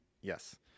yes